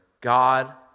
God